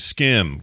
Skim